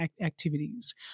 activities